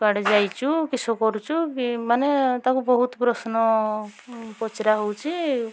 କୁଆଡ଼େ ଯାଇଛୁ କିସ କରୁଛୁ କି ମାନେ ତାକୁ ବହୁତ ପ୍ରଶ୍ନ ପଚାରା ହେଉଛି